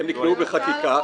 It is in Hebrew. הן נקבעו בחקיקה,